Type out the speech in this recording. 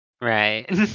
right